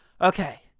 Okay